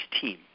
team